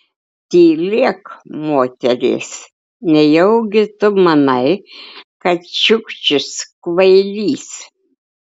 tylėk moteries nejaugi tu manai kad čiukčis kvailys